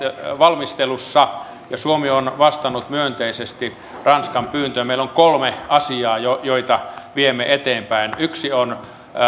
valmistelussa ja suomi on vastannut myönteisesti ranskan pyyntöön meillä on kolme asiaa joita viemme eteenpäin yksi on